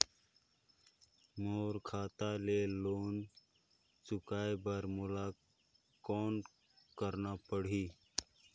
मोर खाता ले लोन चुकाय बर मोला कौन करना पड़ही?